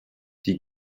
die